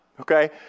okay